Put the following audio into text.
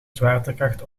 zwaartekracht